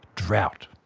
drought.